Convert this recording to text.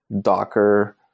Docker